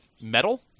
metal